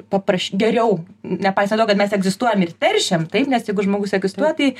papraš geriau nepaisant to kad mes egzistuojam ir teršiam taip nes jeigu žmogus egzistuoja tai